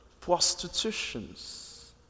prostitutions